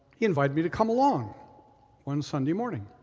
he invited me to come along one sunday morning,